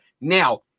now